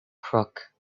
crook